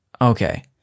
Okay